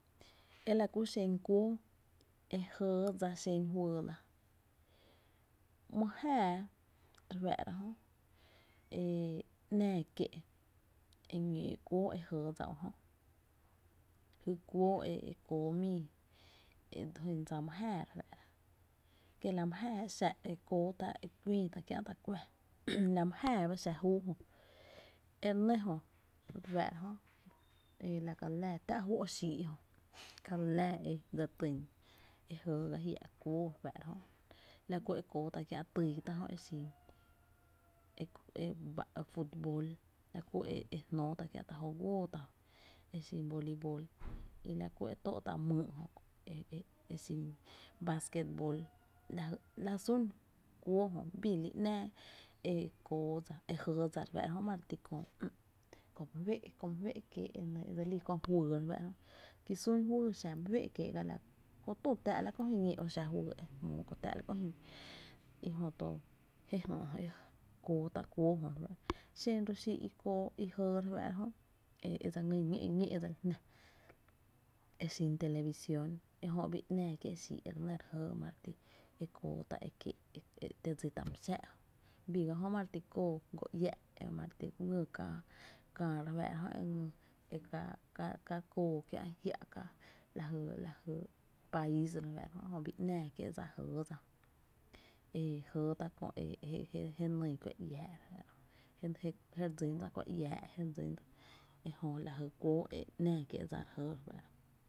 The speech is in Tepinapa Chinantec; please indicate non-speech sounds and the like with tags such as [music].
E la kú xen kuóo e jɇɇ dsa xen fyy la: mý jáaá re fáá’ra jö e ‘náá kié’ e ñóó kuóó e jɇɇ dsa jy kuóó e kóó mii jyn dsa mý jáaá, kie’ la my jáaá e kóó tá’ e küii tá’ kiä’ tá’ kuⱥ la my jáaá ba xa júu jö i re nɇ jö re fáá’ra e la kali láá tá’ fó’ xii’ jö ka li láá e dse tyn e jɇɇ gá jiá’ kuóó re fáá’ra la ku ekóo tá’ kiä’ týy tá’ jö e xin [hesitation] e e, ba’ futbol la ku e jnóo tá’ kiä’tá’ jóo guoótá’ jö e xin volibol i la kú e tóó’ tá’ myy’ jö e xin vasquetbol, la jy [hesitation] la jy sún tá’ e bii lí’ ‘náá e kóo dsa e jɇɇ dsa e ma re ti kö my féé’ e dse lí köö fyy re fáá’ra jö, ký sún fyy xa mý féé’ e kié’ la köö [hesitation] köö tü táá’ la köö juyy e jö tó kóó tá’ tá’ kuóó jö, xen ro’ xíí’ i jɇɇ ñó’ ñí e dse li jná e xin televisión e jö e bii ‘náá’ kié’ xii’ e re kóó e kieéé’ e te dsi tá’ my xáá’ jö bii gá jö ma re ti kóó go iä’ ma re ti kóo re fá’ra jö e ma re ti ká kóo [hesitation] kiä’ jia’ká la jy [hesitation] lajy país re fáá’ra jö e jö bii ‘náá kié’ dsa jɇɇ dsa e jɇɇ tá’ la kö jé kóo kuⱥ iää’ je nýy kua iáá’ je re dsín dsa kua iää je re dsí, ejö jy kuóó e jɇɇ dsa.